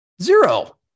Zero